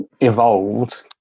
evolved